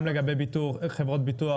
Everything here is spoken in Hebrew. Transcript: גם לחברות הביטוח ?